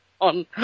on